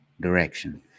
direction